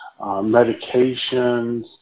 medications